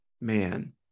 Man